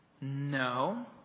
No